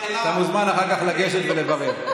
מוזמן אחר כך לגשת ולברר.